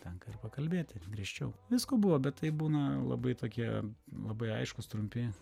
tenka ir pakalbėti griežčiau visko buvo bet tai būna labai tokie labai aiškūs trumpi